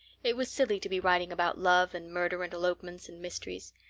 it was silly to be writing about love and murder and elopements and mysteries.